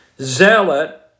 zealot